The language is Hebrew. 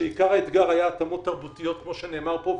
שעיקר האתגר היה השמות תרבויות כמו שנאמר פה,